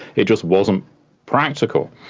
it just wasn't practical.